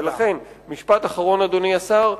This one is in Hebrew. לכן, אדוני השר,